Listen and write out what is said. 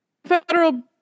federal